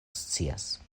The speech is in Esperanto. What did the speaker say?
scias